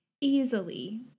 easily